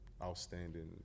outstanding